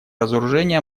разоружения